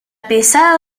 pesada